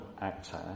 actor